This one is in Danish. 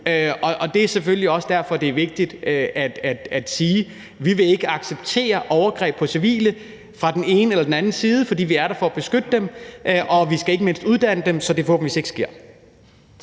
jo. Det er selvfølgelig også derfor, det er vigtigt at sige: Vi vil ikke acceptere overgreb på civile fra den ene eller den anden side, for vi er der for at beskytte dem, og vi skal ikke mindst uddanne dem, så det forhåbentlig ikke sker.